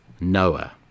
Noah